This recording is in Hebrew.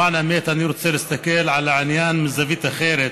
למען האמת אני רוצה להסתכל על העניין מזווית אחרת.